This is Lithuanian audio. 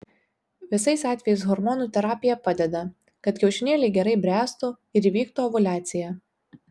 visais atvejais hormonų terapija padeda kad kiaušinėliai gerai bręstų ir įvyktų ovuliacija